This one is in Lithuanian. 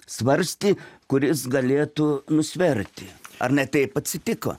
svarstė kuris galėtų nusverti ar ne taip atsitiko